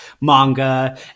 manga